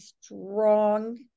strong